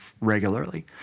regularly